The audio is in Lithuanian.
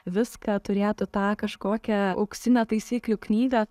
viską turėtų tą kažkokią auksinę taisyklių knygą